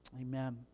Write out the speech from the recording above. Amen